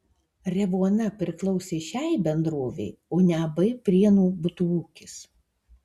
revuona priklausė šiai bendrovei o ne ab prienų butų ūkis